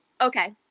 Okay